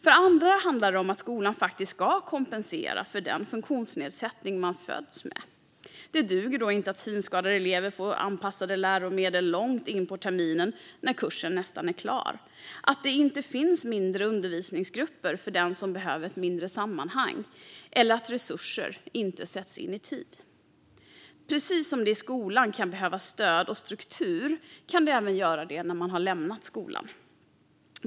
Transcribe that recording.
För andra handlar det om att skolan faktiskt ska kompensera för den funktionsnedsättning man fötts med. Då duger det inte att synskadade elever får anpassade läromedel långt in på terminen när kursen nästan är klar, att det inte finns mindre undervisningsgrupper för den som behöver ett mindre sammanhang eller att resurser inte sätts in i tid. Precis som det i skolan kan behövas stöd och struktur kan det göra det när man lämnat skolan.